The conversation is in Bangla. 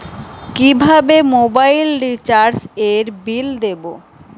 কিভাবে মোবাইল রিচার্যএর বিল দেবো?